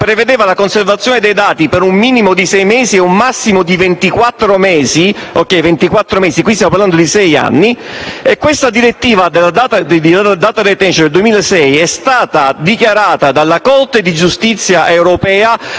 prevedeva la conservazione dei dati per un minimo di sei mesi e un massimo di ventiquattro mesi. E ripeto ventiquattro mesi, mentre noi qui stiamo parlando di sei anni. E tale direttiva sulla *data retention* è stata dichiarata dalla Corte di giustizia europea